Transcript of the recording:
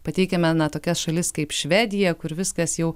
pateikiame na tokias šalis kaip švediją kur viskas jau